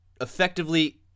effectively